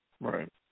right